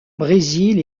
brésil